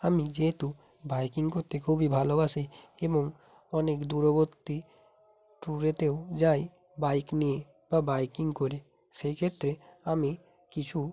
আমি যেয়েতু বাইকিং করতে খুবই ভালোবাসি এবং অনেক দূরবর্তী টুরেতেও যাই বাইক নিয়ে বা বাইকিং করে সেই ক্ষেত্রে আমি কিছু